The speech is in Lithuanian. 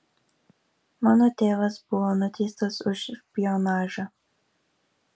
mano tėvas buvo nuteistas už špionažą